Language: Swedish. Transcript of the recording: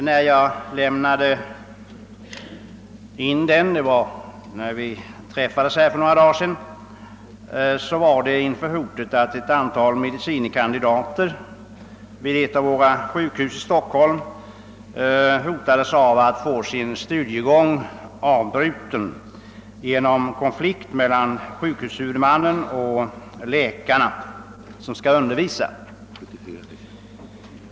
När jag för några dagar sedan :'ställde den var det för att ett antal: medicine kandidater vid ett av våra sjukhus i Stockholm hotades av att få sin istudiegång avbruten på grund av konflikt mellan sjukhushuvudmannen och de undervisande läkarna.